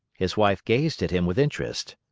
his wife gazed at him with interest.